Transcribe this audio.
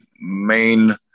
main